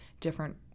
different